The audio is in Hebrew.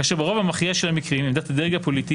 כאשר ברוב המכריע של המקרים עמדת הדרג הפוליטי